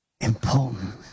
important